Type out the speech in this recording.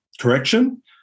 correction